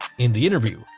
in the interview,